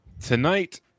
Tonight